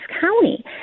county